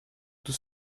tout